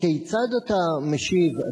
כיצד אתה משיב,